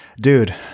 dude